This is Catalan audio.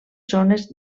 zones